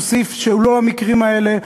שהוא סעיף שהוא לא למקרים האלה,